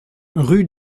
rue